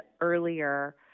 earlier